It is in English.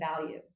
value